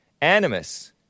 animus